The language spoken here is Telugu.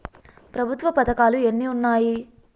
ప్రభుత్వ పథకాలు ఎన్ని ఉన్నాయి?